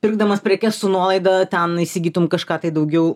pirkdamas prekes su nuolaida ten įsigytum kažką tai daugiau